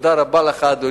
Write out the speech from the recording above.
תודה רבה לך, אדוני.